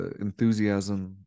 enthusiasm